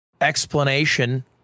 explanation